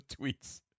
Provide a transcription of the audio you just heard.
tweets